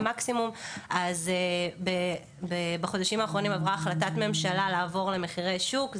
המקסימום בחודשים האחרונים עברה החלטת הממשלה לעבור למחירי השוק.